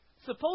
Suppose